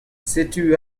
setu